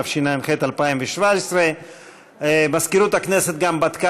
התשע"ח 2017. מזכירות הכנסת גם בדקה